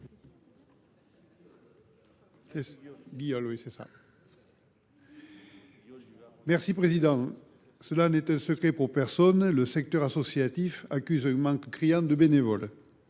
M. André Guiol. Cela n’est un secret pour personne : le secteur associatif accuse un manque criant de bénévoles.